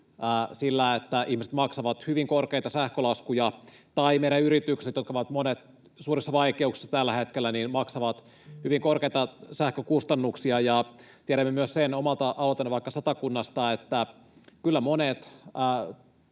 sillä, että ihmiset maksavat hyvin korkeita sähkölaskuja tai meidän yrityksemme, jotka ovat monet suurissa vaikeuksissa tällä hetkellä, maksavat hyvin korkeita sähkökustannuksia. Tiedämme myös vaikka omalta alueeltani Satakunnasta sen, että kyllä monet